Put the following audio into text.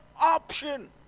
option